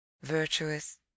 virtuous